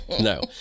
No